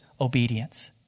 obedience